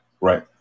right